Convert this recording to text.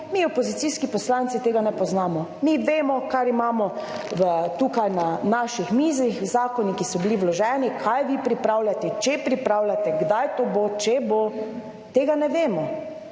Mi opozicijski poslanci tega ne poznamo, mi vemo, kar imamo tukaj na naših mizah. Zakoni, ki so bili vloženi, kaj vi pripravljate, če pripravljate, kdaj to bo, če bo, tega ne vemo,